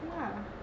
ya lah